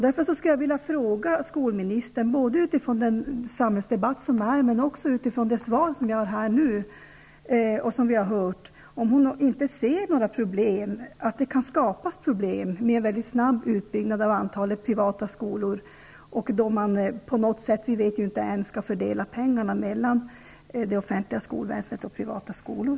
Därför skulle jag vilja fråga skolministern, både utifrån den samhällsdebatt som pågår och utifrån det svar som jag har fått och som vi hört här, om inte skolministern ser att det kan skapas problem med en väldigt snabb utbyggnad av antalet privata skolor, då man på något sätt, vi vet ännu inte hur, skall fördela pengarna mellan det offentliga skolväsendet och privata skolor.